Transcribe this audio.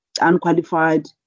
unqualified